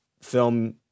film